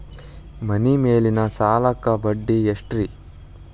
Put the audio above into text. ಮನಿ ಮೇಲಿನ ಸಾಲಕ್ಕ ಬಡ್ಡಿ ಎಷ್ಟ್ರಿ?